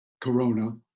corona